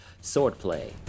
Swordplay